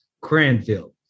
cranfield